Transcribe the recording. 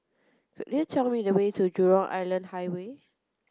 could you tell me the way to Jurong Island Highway